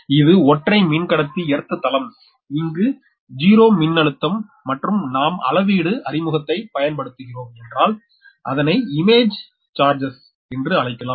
இது ஒற்றை மின்கடத்தி எர்த்தளம் இங்கு 0 மின்னழுத்தம் மற்றும் நாம் அளவீடு அறிமுகத்தை பயன்படுத்துகிறோம் என்றால் அதனை இமேஜ் சார்ஜ்ஸ் என்று அழைக்கலாம்